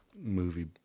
movie